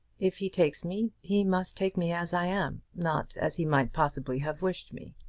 if he takes me, he must take me as i am, not as he might possibly have wished me